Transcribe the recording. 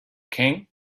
king